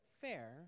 Fair